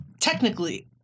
technically